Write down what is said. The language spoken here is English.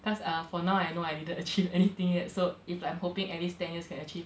cause err for now I know I didn't achieve anything yet so if like I'm hoping at least ten years can achieve